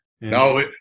No